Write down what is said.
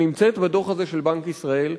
בדוח הזה של בנק ישראל,